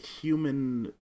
human